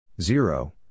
Zero